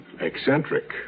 eccentric